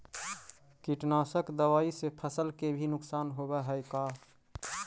कीटनाशक दबाइ से फसल के भी नुकसान होब हई का?